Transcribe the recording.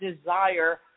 desire